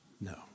No